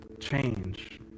change